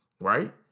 Right